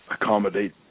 accommodate